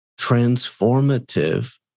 transformative